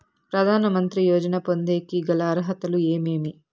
ప్రధాన మంత్రి యోజన పొందేకి గల అర్హతలు ఏమేమి?